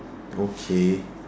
okay